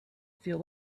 feel